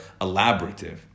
elaborative